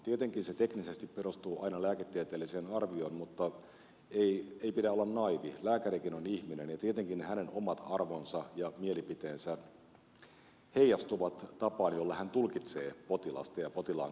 tietenkin se teknisesti perustuu aina lääketieteelliseen arvioon mutta ei pidä olla naiivi lääkärikin on ihminen ja tietenkin hänen omat arvonsa ja mielipiteensä heijastuvat tapaan jolla hän tulkitsee potilasta ja potilaan käyttäytymistä